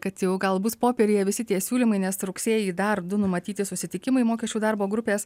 kad jau gal bus popieriuje visi tie siūlymai nes rugsėjį dar du numatyti susitikimai mokesčių darbo grupės